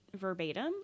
verbatim